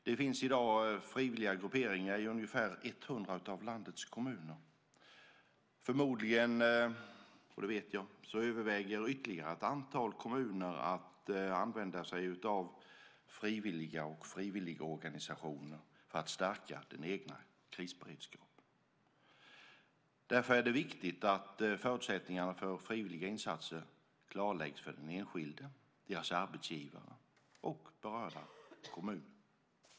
Det finns i dag frivilliga grupperingar i ungefär 100 av landets kommuner. Förmodligen - detta vet jag - överväger ytterligare ett antal kommuner att använda frivilliga och frivilligorganisationer för att stärka den egna krisberedskapen. Därför är det viktigt att förutsättningarna för frivilliga insatser klarläggs för den enskilde, deras arbetsgivare och de berörda kommunerna.